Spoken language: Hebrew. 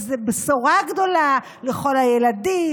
איזו בשורה גדולה לכל הילדים,